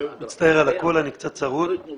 לגבי